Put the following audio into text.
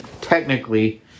technically